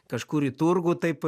kažkur į turgų taip